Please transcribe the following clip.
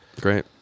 great